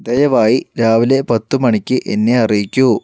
ദയവായി രാവിലെ പത്തു മണിക്ക് എന്നെ അറിയിക്കൂ